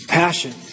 passion